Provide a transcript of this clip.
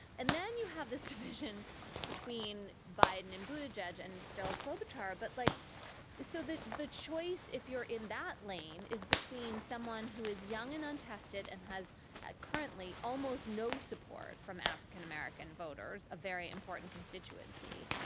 and then you have this division between biden and buddha judge and still club h r. but like so that the choice, if you're in that lane is between someone who is young and untested and has at currently almost no support from african-american voters a very important constituency.